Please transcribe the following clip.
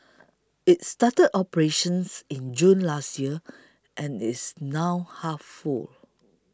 it started operations in June last year and is now half full